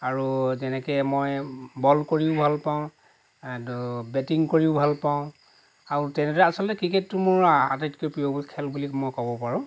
আৰু তেনেকৈ মই বল কৰিও ভাল পাওঁ বেটিং কৰিও ভাল পাওঁ আৰু তেনেদৰে আচলতে ক্ৰিকেটটো মোৰ আটাইতকৈ প্ৰিয় খেল বুলি মই ক'ব পাৰোঁ